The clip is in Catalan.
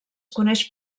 coneix